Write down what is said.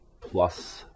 plus